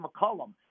McCollum